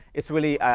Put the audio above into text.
it's really